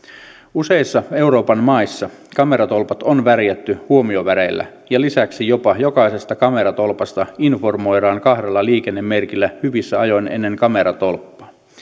useissa euroopan maissa kameratolpat on värjätty huomioväreillä ja lisäksi jopa jokaisesta kameratolpasta informoidaan kahdella liikennemerkillä hyvissä ajoin ennen kameratolppaa